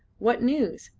what news?